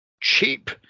cheap